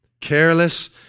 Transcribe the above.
Careless